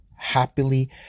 happily